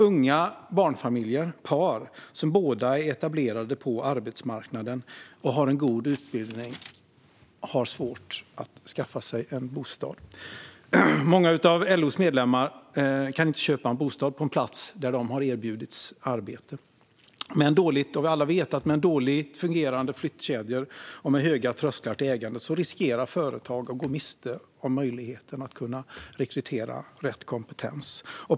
Unga barnfamiljer och par där båda är etablerade på arbetsmarknaden och har god utbildning har alltså svårt att skaffa sig en ägd bostad. Många av LO:s medlemmar kan inte köpa en bostad på en plats där de har erbjudits arbete, och alla vet att med dåligt fungerande flyttkedjor och höga trösklar till bostadsägande riskerar företag att gå miste om möjligheten att rekrytera rätt kompetens.